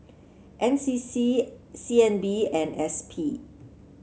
N C C C N B and S P